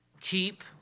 Keep